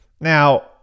Now